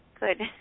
Good